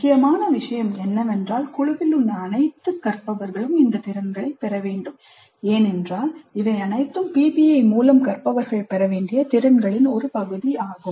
முக்கியமான விஷயம் என்னவென்றால் குழுவில் உள்ள அனைத்து கற்பவர்களும் இந்த திறன்களைப் பெற வேண்டும் ஏனென்றால் இவை அனைத்தும் PBI மூலம் கற்பவர்கள் பெற வேண்டிய திறன்களின் ஒரு பகுதியாகும்